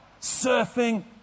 Surfing